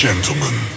Gentlemen